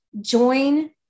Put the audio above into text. join